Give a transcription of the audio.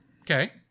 Okay